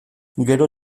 gero